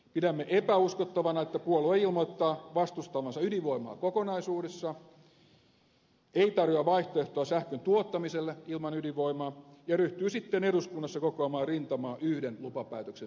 pidämme epäuskottavana että puolue ilmoittaa vastustavansa ydinvoimaa kokonaisuudessaan ei tarjoa vaihtoehtoa sähkön tuottamiselle ilman ydinvoimaa ja ryhtyy sitten eduskunnassa kokoamaan rintamaa yhden lupapäätöksen tueksi